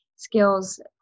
skills